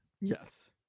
Yes